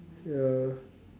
ya